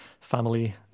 family